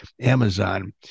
Amazon